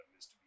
Mr